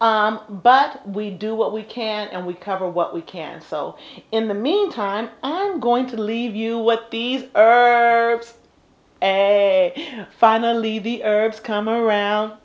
but we do what we can and we cover what we can so in the meantime i'm going to leave you what these herbs and finally the herbs come around